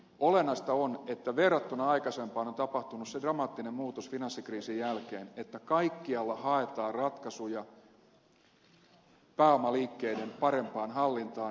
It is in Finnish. olennaista on että verrattuna aikaisempaan on tapahtunut se dramaattinen muutos finanssikriisin jälkeen että kaikkialla haetaan ratkaisuja pääomaliikkeiden parempaan hallintaan ja läpivalaisuun